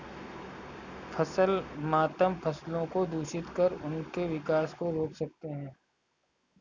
फसल मातम फसलों को दूषित कर उनके विकास को रोक सकते हैं